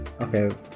Okay